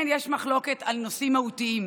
כן, יש מחלוקת על נושאים מהותיים.